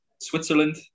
Switzerland